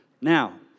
Now